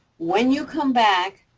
when you come back,